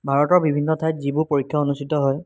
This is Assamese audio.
ভাৰতৰ বিভিন্ন ঠাইত যিবোৰ পৰীক্ষা অনুষ্ঠিত হয়